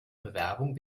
bewerbung